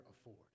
afford